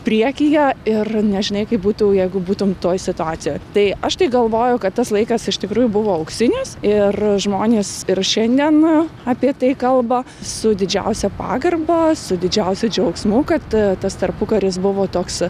priekyje ir nežinai kaip būtų jeigu būtume toj situacijoj tai aš tai galvoju kad tas laikas iš tikrųjų buvo auksinis ir žmonės ir šiandien apie tai kalba su didžiausia pagarba su didžiausiu džiaugsmu kad tas tarpukaris buvo toks